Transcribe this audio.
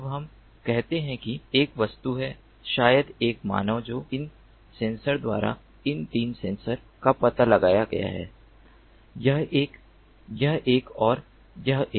अब हम कहते हैं कि एक वस्तु है शायद एक मानव जो इन सेंसर द्वारा इन 3 सेंसर का पता लगाया गया है यह एक यह एक और यह एक